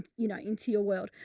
you know, into your world.